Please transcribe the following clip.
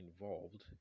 involved